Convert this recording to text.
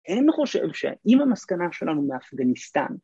‫אין חושב שאם המסקנה שלנו באפגניסטן...